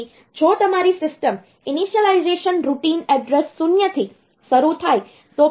તેથી જો તમારી સિસ્ટમ ઇનિશિયલાઇઝેશન રૂટિન એડ્રેસ 0 થી શરૂ થાય તો પછી સિસ્ટમ પ્રારંભ થશે